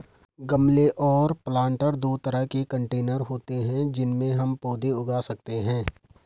गमले और प्लांटर दो तरह के कंटेनर होते है जिनमें हम पौधे उगा सकते है